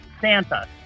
Santa